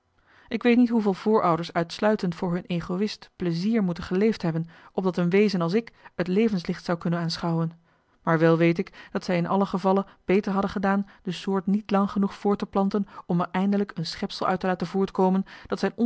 ik weet niet hoeveel voorouders uistluitend voor hun egoïst plezier moeten geleefd hebben opdat een wezen als ik het levenslicht zou kunnen aanschouwen maar wel weet ik dat zij in alle gevalle beter hadden gedaan de soort niet lang genoeg voort te planten om er eindelijk een schepsel uit te laten voortkomen dat zijn